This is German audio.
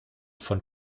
von